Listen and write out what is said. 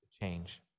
change